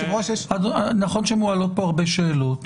נכון שמועלות פה הרבה שאלות